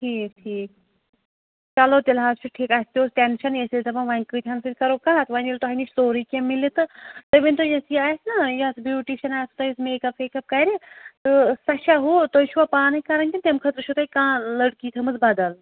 ٹھیٖک ٹھیٖک چَلو تیٚلہِ حظ چھُ ٹھیٖک اسہِ تہِ اوس ٹیٚنشنٕے اسۍ ٲسۍ دَپان وۄنۍ کۭتہن سۭتۍ کَرو کَتھ وَنہِ ییٚلہِ تۄہہِ نِش سورٕے کیٚنٛہہ مِلہِ تہٕ تُہۍ ؤنتو یُس یہِ آسہِ نہ یَتھ بیوٹِشن آسہِ تۄہہِ یۄس میک اپ ویک اپ کَرِ تہِ سۄ چھا ہُہ تۄہہِ چھُوا پانے کَران کِنہٕ تمہِ خٲطرٕ چھُو تُہۍ کانٛہہ لڑکی تھٔمٕژ بَدل